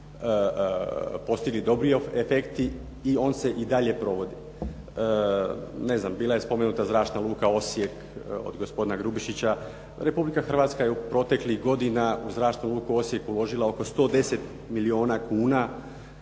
postigli dobri efekti i on se i dalje provodi. Bila je spomenuta Zračna luka Osijek od gospodina Grubišića. Republika Hrvatska je u proteklih godina u Zračnu luku Osijek uložila oko 110 milijuna kuna